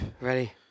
Ready